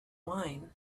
wine